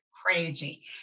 crazy